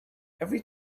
every